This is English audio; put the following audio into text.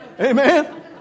Amen